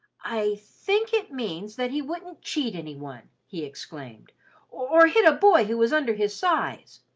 i think it means that he wouldn't cheat any one, he exclaimed or hit a boy who was under his size,